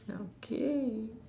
ya okay